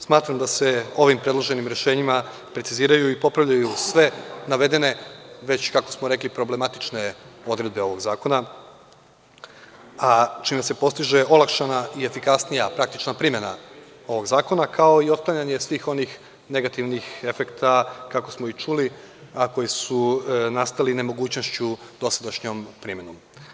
Smatram da se ovim predloženim rešenjima preciziraju i popravljaju sve navedene, već kako smo rekli, problematične odredbe ovog zakona, a čime se postiže olakšana i efikasnija praktična primena ovog zakona kao i otklanjanje svih onih negativnih efekta, kako smo i čuli, a koji su nastali nemogućnošću dosadašnjom primenom.